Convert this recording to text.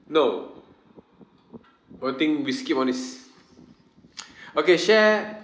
no I think we skip on this okay share